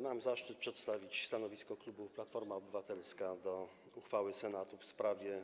Mam zaszczyt przedstawić stanowisko klubu Platforma Obywatelska wobec uchwały Senatu w sprawie